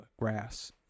Grass